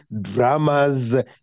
dramas